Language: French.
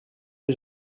les